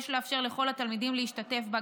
יש לאפשר לכל התלמידים להשתתף בה,